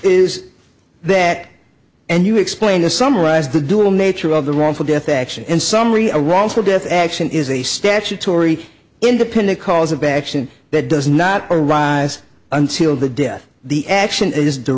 is that and you explain to summarize the dual nature of the wrongful death action and summary a wrongful death action is a statutory independent cause of action that does not arise until the death the action is